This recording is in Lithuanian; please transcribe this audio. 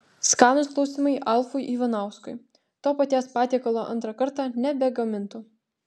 skanūs klausimai alfui ivanauskui to paties patiekalo antrą kartą nebegamintų